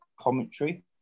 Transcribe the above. commentary